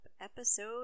episode